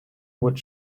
wood